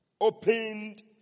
Opened